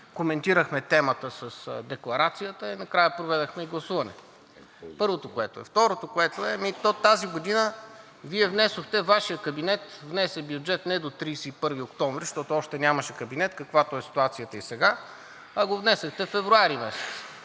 коментирахме темата с декларацията и накрая проведохме и гласуване, първото, което е. Второто, тази година Вашият кабинет внесе бюджет не до 31 октомври, защото още нямаше кабинет, каквато е ситуацията и сега, а го внесохте месец